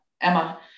Emma